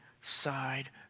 side